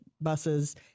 buses